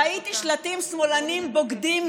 ראיתי שלטים: שמאלנים בוגדים,